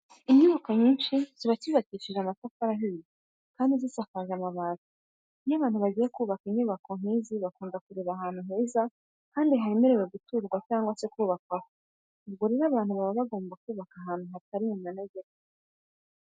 Inyubako nyinshi ziba zubakishije amatafari ahiye kandi zisakaje amabati. Iyo abantu bagiye kubaka inyubako nk'izi bakunda kureba ahantu heza kandi hemerewe guturwaho cyangwa se kubakwaho. Ubwo rero abantu baba bagomba kubaka ahantu hatari mu manegeka.